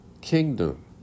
kingdom